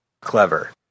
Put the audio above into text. clever